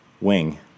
wing